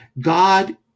God